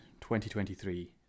2023